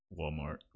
Walmart